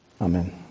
Amen